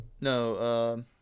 No